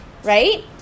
right